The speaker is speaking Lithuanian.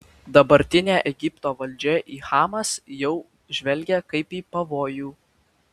dabartinė egipto valdžia į hamas jau žvelgia kaip į pavojų